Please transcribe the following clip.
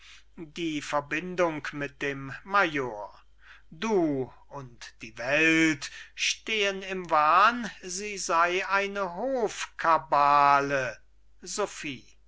die verbindung mit dem major du und die welt stehen im wahn sie sei eine